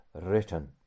written